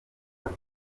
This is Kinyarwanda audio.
mato